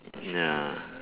ya